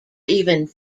even